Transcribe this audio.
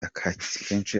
akenshi